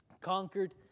conquered